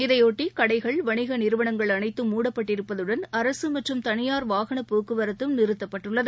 இதையொட்டி கடைகள் வணிக நிறுவனங்கள் அனைத்தும் மூடப்பட்டிருப்பதுடன் அரசு மற்றும் தனியார் வாகனப் போக்குவரத்தும் நிறுத்தப்பட்டுள்ளது